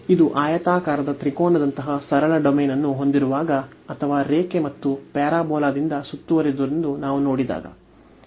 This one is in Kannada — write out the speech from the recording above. ಇದು ಆಯತಾಕಾರದ ತ್ರಿಕೋನದಂತಹ ಸರಳ ಡೊಮೇನ್ ಅನ್ನು ಹೊಂದಿರುವಾಗ ಅಥವಾ ರೇಖೆ ಮತ್ತು ಪ್ಯಾರಾಬೋಲಾದಿಂದ ಸುತ್ತುವರೆದಿರುವದನ್ನು ನಾವು ನೋಡಿದಾಗ